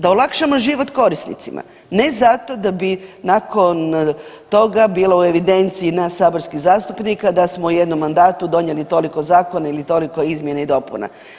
Da olakšamo život korisnicima, ne zato da bi nakon toga bilo u evidenciji nas saborskih zastupnika da smo u jednom mandatu donijeli toliko zakona ili toliko izmjena i dopuna.